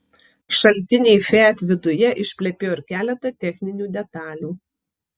šaltiniai fiat viduje išplepėjo ir keletą techninių detalių